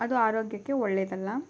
ಅದು ಆರೋಗ್ಯಕ್ಕೆ ಒಳ್ಳೆಯದಲ್ಲ